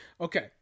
Okay